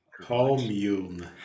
Commune